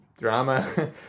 drama